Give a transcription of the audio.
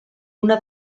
una